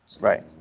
right